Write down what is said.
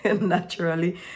naturally